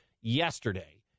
yesterday